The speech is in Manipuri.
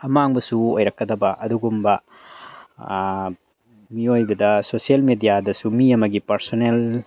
ꯑꯃꯥꯡꯕꯁꯨ ꯑꯣꯏꯔꯛꯀꯗꯕ ꯑꯗꯨꯒꯨꯝꯕ ꯃꯤꯑꯣꯏꯕꯗ ꯁꯣꯁꯦꯜ ꯃꯦꯗꯤꯌꯥꯗꯁꯨ ꯃꯤ ꯑꯃꯒꯤ ꯄꯔꯁꯣꯅꯦꯜ